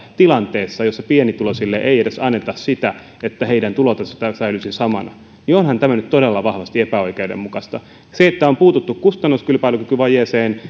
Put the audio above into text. tilanteessa jossa pienituloisille ei anneta edes sitä että heidän tulotasonsa säilyisi samana onhan tämä nyt todella vahvasti epäoikeudenmukaista se että on puututtu kustannuskilpailukykyvajeeseen